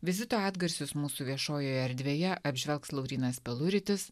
vizito atgarsius mūsų viešojoje erdvėje apžvelgs laurynas peluritis